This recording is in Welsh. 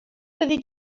fyddi